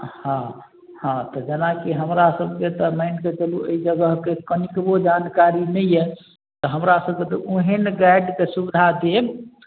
हँ हँ तऽ जेनाकि हमरा सभके तऽ मानिकऽ चलू एहि जगहके कनिकबो जानकारी नहि यऽ तऽ हमरा सभके तऽ ओहन गाइडके सुविधा देब